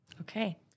Okay